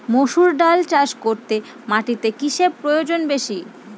মুসুর ডাল চাষ করতে মাটিতে কিসে প্রয়োজন বেশী?